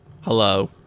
Hello